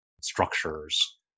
structures